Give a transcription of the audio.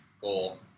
goal